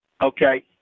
okay